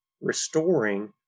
restoring